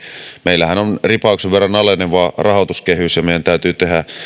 meillähän on ripauksen verran aleneva rahoituskehys ja meidän täytyy tehdä